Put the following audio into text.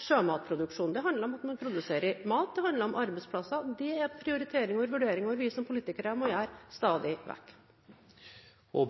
sjømatproduksjonen. Det handler om at man produserer mat – det handler om arbeidsplasser. Det er prioriteringer og vurderinger vi som politikere stadig vekk må